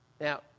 Now